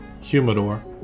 humidor